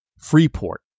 Freeport